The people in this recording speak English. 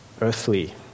earthly